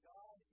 God